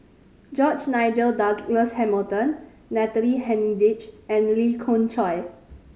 George Nigel Douglas Hamilton Natalie Hennedige and Lee Khoon Choy